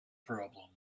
problem